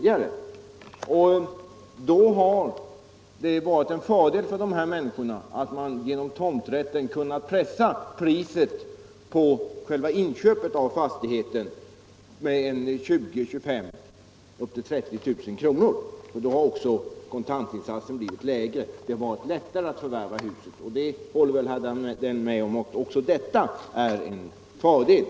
För dessa människor har det varit en fördel att man genom upplåtelse med tomträtt kunnat pressa priset på fastigheten med 20 000, 25 000 och uppemot 30 000 kr. Därigenom har också kontantinsatsen blivit lägre och det har blivit lättare att förvärva huset. Herr Danell håller väl med om att detta är en fördel.